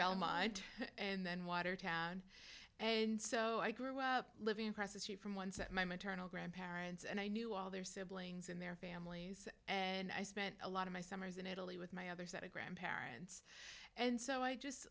belmont and watertown and so i grew up living presence here from ones that my maternal grandparents and i knew all their siblings and their families and i spent a lot of my summers in italy with my other set of grandparents and so i just